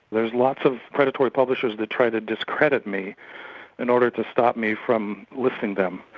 there's lots of predatory publishers that try to discredit me in order to stop me from listing them.